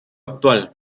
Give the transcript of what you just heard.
actual